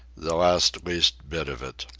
the last least bit of it.